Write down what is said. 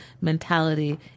mentality